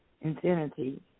infinity